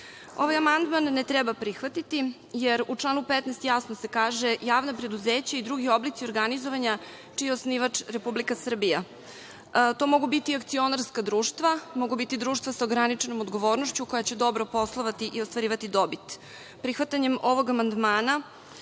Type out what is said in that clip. amandman ne treba prihvatiti jer se u članu 15. jasno kaže: „javna preduzeća i drugi oblici organizovanja čiji je osnivač Republika Srbija“. To mogu biti akcionarska društva, mogu biti društva sa ograničenom odgovornošću koja će dobro poslovati i ostvarivati dobit. Prihvatanjem ovog amandmana